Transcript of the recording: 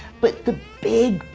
but the big,